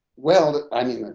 well, i mean,